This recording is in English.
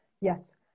Yes